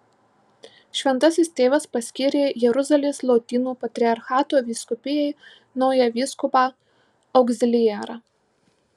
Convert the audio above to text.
šventasis tėvas paskyrė jeruzalės lotynų patriarchato vyskupijai naują vyskupą augziliarą